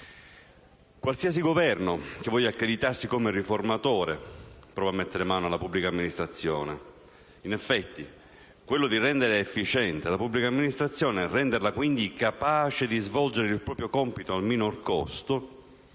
Qualsiasi Governo che voglia accreditarsi come riformatore prova a mettere mano alla pubblica amministrazione. In effetti, quello di rendere efficiente la pubblica amministrazione e renderla quindi capace di svolgere il proprio compito al minor costo